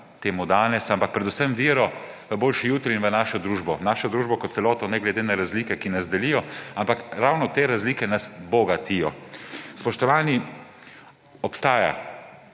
temu danes, ampak predvsem vero v boljši jutri in v našo družbo. V našo družbo kot celoto, ne glede na razlike, ki nas delijo, ampak ravno te razlike nas bogatijo. Spoštovani, obstaja